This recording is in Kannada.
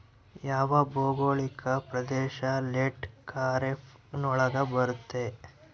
ಯಾವ ಭೌಗೋಳಿಕ ಪ್ರದೇಶ ಲೇಟ್ ಖಾರೇಫ್ ನೊಳಗ ಬರುತ್ತೆ?